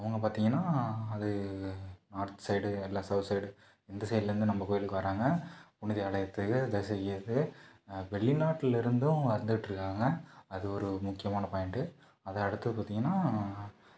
அவங்க பார்த்திங்கனா அது நார்த் சைடு எல்லாம் சவுத் சைடு எந்த சைடுலேருந்தும் நம்ம கோவிலுக்கு வர்றாங்க புனித ஆலயத்துக்கு வெளிநாட்டுலேருந்தும் வந்துட்டுருக்காங்க அது ஒரு முக்கியமான பாயிண்ட்டு அதை அடுத்தது பார்த்திங்கனா